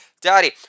Daddy